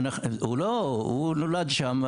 הוא נולד שם,